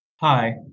Hi